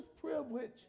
privilege